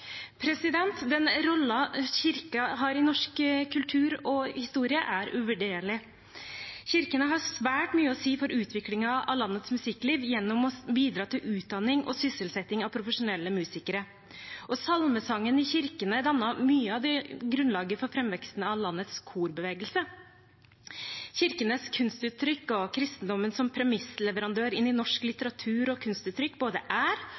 Den rollen kirkene har i norsk kultur og historie, er uvurderlig. Kirkene har hatt svært mye å si for utviklingen av landets musikkliv gjennom å bidra til utdanning og sysselsetting av profesjonelle musikere. Salmesangen i kirkene dannet mye av grunnlaget for framveksten av landets korbevegelse. Kirkenes kunstuttrykk og kristendommen som premissleverandør inn i norsk litteratur og kunstuttrykk både er